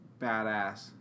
badass